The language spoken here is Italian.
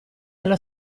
allo